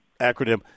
acronym